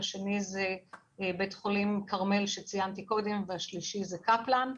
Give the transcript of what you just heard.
השני הוא בית חולים כרמל שציינתי קודם והשלישי זה קפלן.